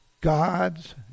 God's